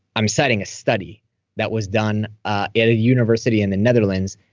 i'm setting a study that was done ah at a university in the netherlands,